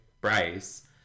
bryce